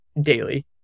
daily